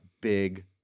big